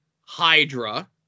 Hydra